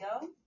go